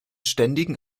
ständigen